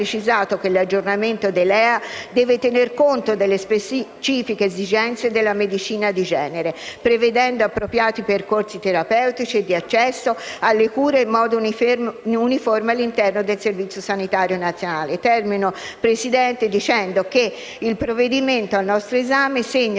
che l'aggiornamento dei LEA deve tenere conto delle specifiche esigenze della medicina di genere, prevedendo appropriati percorsi terapeutici e di accesso alle cure in modo uniforme all'interno del Servizio sanitario nazionale. Il provvedimento al nostro esame segna,